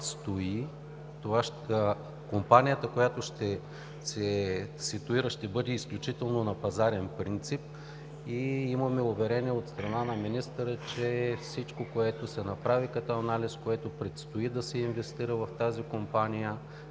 Компанията, която ще се ситуира, ще бъде изключително на пазарен принцип и имаме уверение от страна на министъра, че всичко, което се направи като анализ, което предстои да се инвестира в тази компания,